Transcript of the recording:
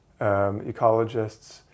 ecologists